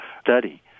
study